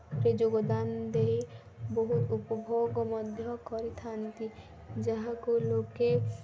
ରେ ଯୋଗଦାନ ଦେଇ ବହୁତ ଉପଭୋଗ ମଧ୍ୟ କରିଥାନ୍ତି ଯାହାକୁ ଲୋକେ